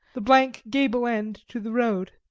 the blank gable end to the road.